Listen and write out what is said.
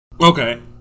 Okay